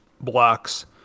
blocks